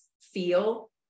feel